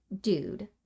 dude